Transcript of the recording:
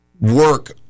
work